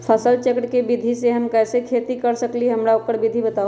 फसल चक्र के विधि से हम कैसे खेती कर सकलि ह हमरा ओकर विधि बताउ?